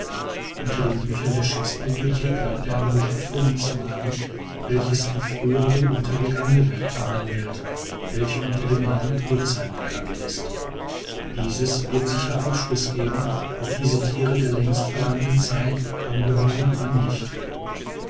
unter den büchern der schiffsbibliothek glaubte er ein buch gefunden zu haben welches die frühere untergegangene welt behandelt welche unter den namen urzeit bekannt ist dieses wird sicher aufschluß geben ob diese tiere der längst vergangenen zeit angehören oder nicht